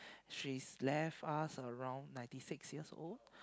she's left us around ninety six years old